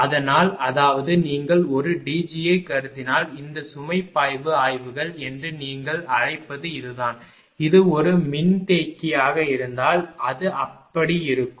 அதனால் அதாவது நீங்கள் ஒரு DGயை கருதினால் இந்த சுமை பாய்வு ஆய்வுகள் என்று நீங்கள் அழைப்பது இதுதான் இது ஒரு மின்தேக்கியாக இருந்தால் அது இப்படி இருக்கும்